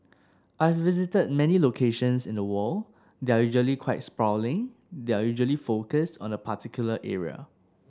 I've visited many locations in the world they're usually quite sprawling they're usually focused on a particular area